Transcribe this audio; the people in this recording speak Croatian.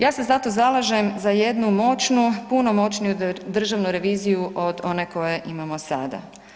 Ja se zato zalažem za jednu moćnu, puno moćniju državnu reviziju od one koju imamo sada.